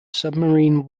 submarine